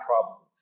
trouble